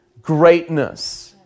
greatness